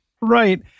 Right